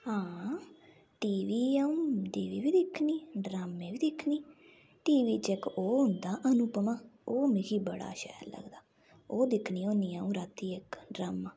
हां T V T V आ'ऊं T V बी दिक्खनी ड्रामे बी दिक्खनी टी वी च इक ओह् औंदा अनुपमा ओह् मिकी बड़ा शैल लगदा ओह् दिक्खनी होन्नी आ'ऊं रातीं इक ड्रामा